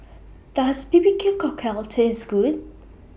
Does B B Q Cockle Taste Good